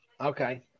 Okay